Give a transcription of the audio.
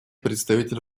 представитель